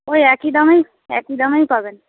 ওই একই দামেই একই দামেই পাবেন